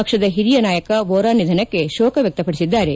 ಪಕ್ಷದ ಹಿರಿಯ ನಾಯಕ ವೋರಾ ನಿಧನಕ್ಕೆ ಶೋಕ ವ್ಯಕ್ಷಪಡಿಸಿದ್ದಾರೆ